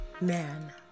man